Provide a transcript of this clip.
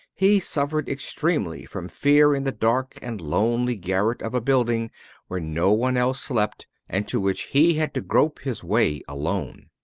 he suffered extremely from fear in the dark and lonely garret of a building where no one else slept, and to which he had to grope his way alone.